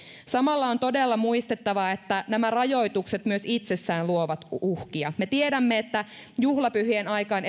samalla on todella muistettava että nämä rajoitukset myös itsessään luovat uhkia me tiedämme että esimerkiksi juhlapyhien aikaan